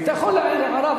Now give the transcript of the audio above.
אתה יכול להעיר הערה,